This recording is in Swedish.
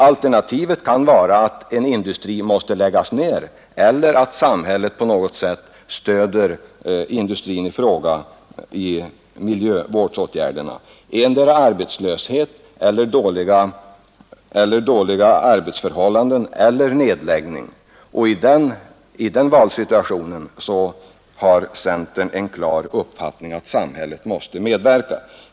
Alternativen kan vara att en industri måste läggas ner eller att samhället på något sätt stöder industrin i fråga i miljövårdsåtgärderna. Endera nedläggning och arbetslöshet eller dåliga arbetsförhållanden — i den valsituationen har centern en klar uppfattning: samhället måste medverka.